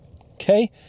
Okay